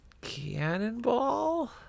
Cannonball